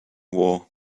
war